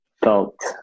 felt